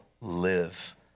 live